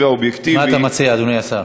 הביטחון ואת סגן שר